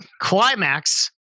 Climax